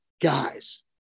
guys